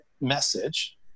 message